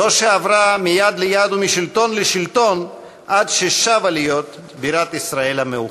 זו שעברה מיד ליד ומשלטון לשלטון עד ששבה להיות בירת ישראל המאוחדת.